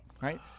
Right